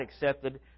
accepted